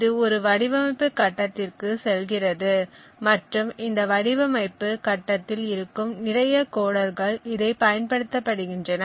இது ஒரு வடிவமைப்பு கட்டத்திற்கு செல்கிறது மற்றும் இந்த வடிவமைப்பு கட்டத்தில் இருக்கும் நிறைய கோடர்கள் இதை பயன்படுத்தப்படுகின்றன